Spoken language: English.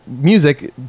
music